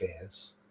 fans